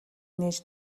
нээж